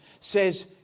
says